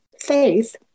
faith